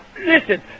Listen